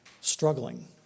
struggling